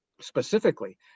specifically